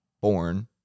born